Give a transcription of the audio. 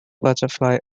butterfly